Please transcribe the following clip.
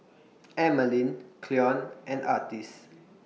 Emmaline Cleon and Artis